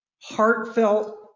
heartfelt